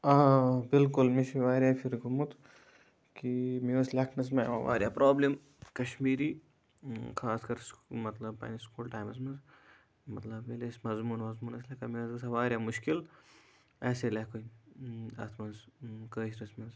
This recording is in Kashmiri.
آ بِلکُل مےٚ چھُ واریاہ پھِرِ گوٚمُت کہِ مےٚ ٲسۍ لیٚکھنَس مَنٛز یِوان واریاہ پرابلم کَشمیٖری خاص کر سُہ مَطلَب پَننِس سکوٗل ٹایمَس مَنٛز مَطلَب ییٚلہِ أسۍ مَضموٗن وَضموٗن ٲسۍ لیٚکھان مےٚ ٲس گَژھان واریاہ مُشکِل ایٚسے لیٚکھنس اتھ مَنٛز کٲشرِس مَنٛز